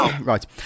Right